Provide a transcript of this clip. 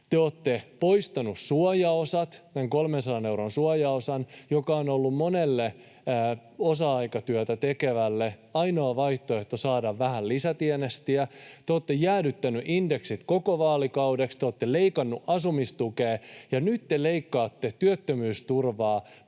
Te olette poistanut suojaosat, noin 300 euron suojaosan, joka on ollut monelle osa-aikatyötä tekevälle ainoa vaihtoehto saada vähän lisätienestiä. Te olette jäädyttänyt indeksit koko vaalikaudeksi. Te olette leikannut asumistukea, ja nyt te leikkaatte työttömyysturvaa